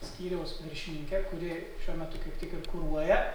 skyriaus viršininkę kuri šiuo metu kaip tik ir kuruoja